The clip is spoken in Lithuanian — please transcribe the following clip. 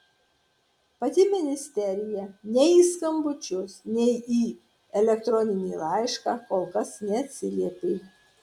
pati ministerija nei į skambučius nei į elektroninį laišką kol kas neatsiliepė